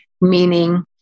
Meaning